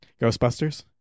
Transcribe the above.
Ghostbusters